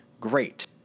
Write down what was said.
great